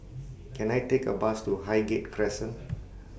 Can I Take A Bus to Highgate Crescent